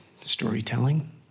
storytelling